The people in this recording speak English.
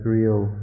real